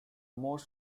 most